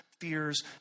fears